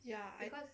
ya I